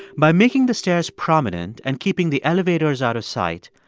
by making the stairs prominent and keeping the elevators out of sight,